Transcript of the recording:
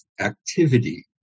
activity